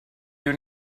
you